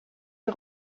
est